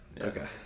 Okay